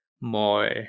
more